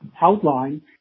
outline